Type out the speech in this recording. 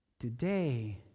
Today